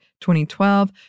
2012